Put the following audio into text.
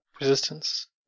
resistance